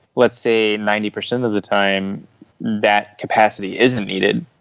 let's say ninety percent of the time that capacity isn't needed,